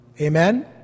Amen